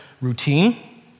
routine